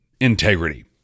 integrity